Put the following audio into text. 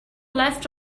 left